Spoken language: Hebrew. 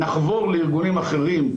נחבור לארגונים אחרים,